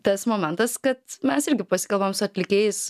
tas momentas kad mes irgi pasikalbam su atlikėjais